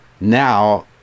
Now